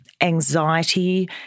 anxiety